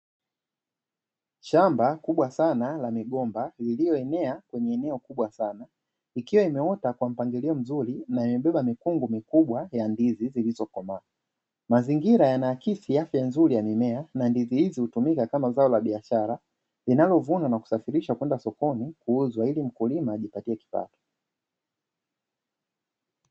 Shamba kubwa sana la migomba lililoenea kwenye eneo kubwa sana, ikiwa imeota kwa mpangilio mzuri na imebeba mikungu mikubwa ya ndizi zilizokomaa. Mazingira yanaakisi afya nzuri ya mimea. Na ndizi hizi hutumika kama zao la biashara, linalovunwa na kusafirishwa kwenda sokoni kuuzwa ili mkulima ajipatie kipato,